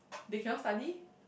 they cannot study